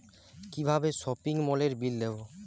কিভাবে সপিং মলের বিল দেবো?